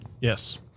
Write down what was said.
Yes